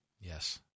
Yes